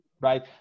right